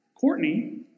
Courtney